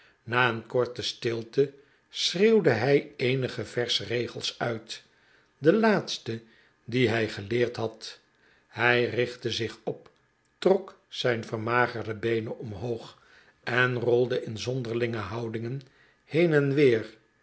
na een korte stilte schreeuwde hij eenige versregels uit de laatste die hij geleerd had hij richtte zich op trok zijn vermagerde beenen omhoog en rolde in zonderlinge houdingen heen en weer